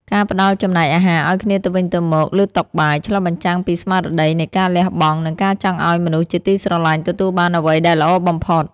ការផ្ដល់ចំណែកអាហារឱ្យគ្នាទៅវិញទៅមកលើតុបាយ ឆ្លុះបញ្ចាំងពីស្មារតីនៃការលះបង់ និងការចង់ឱ្យមនុស្សជាទីស្រឡាញ់ទទួលបានអ្វីដែលល្អបំផុត។